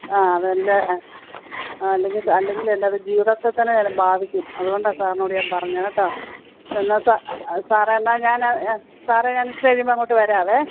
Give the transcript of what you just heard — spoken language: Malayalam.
ആ അതല്ലേ ആ അല്ലെങ്കിലും എൻ്റെ അത് ജീവിതത്തെ തന്നെ അത് ബാധിക്കും അതുകൊണ്ടാ സാറിനോട് ഞാൻ പറഞ്ഞത് കേട്ടോ എന്നാൽ സാറേ എന്നാൽ ഞാൻ സാറെ ഞാൻ ഇച്ചിരി കഴിയുമ്പോൾ അങ്ങോട്ട് വരാവേ